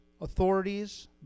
authorities